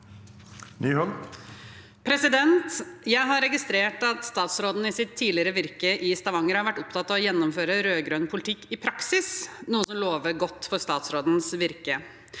Jeg har registrert at statsråden i sitt tidligere virke i Stavanger har vært opptatt av å gjennomføre rød-grønn politikk i praksis, noe som lover godt for statsrådens virke.